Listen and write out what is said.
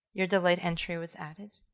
your delayed entry was added.